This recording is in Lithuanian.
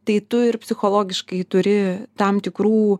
tai tu ir psichologiškai turi tam tikrų